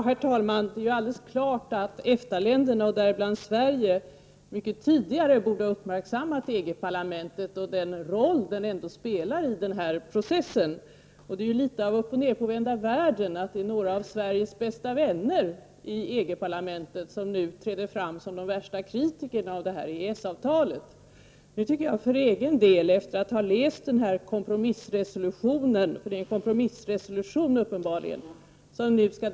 Herr talman! Det är alldeles klart att EFTA-länderna, och däribland Sverige, mycket tidigare borde ha uppmärksammat EG-parlamentet och den roll det ändå spelar i denna process. Det är litet av upp-och-nedåtvända-världen att några av Sveriges bästa vänner i EG-parlamentet nu träder fram som de värsta kritikerna av EES-avtalet. I kväll skall denna kompromissresolution debatteras i EG-parlamentet.